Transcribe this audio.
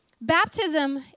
baptism